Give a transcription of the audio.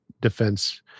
defense